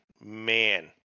man